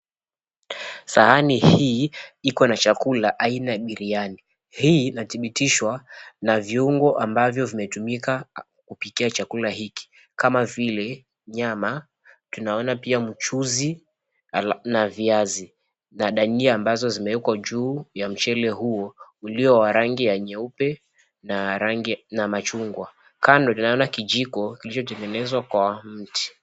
Sahani hii iko na chakula aina ya biriani. Hii inadhibitishwa na viungo ambavyo vimetumika kupikia chakula hiki kama vile nyama, tunaona pia mchuzi na viazi na dania ambazo zimewekwa juu ya mchele huo ulio wa rangi ya nyeupe na rangi ya machungwa. Kando tunaona kijiko kilichotengenezwa kwa mti.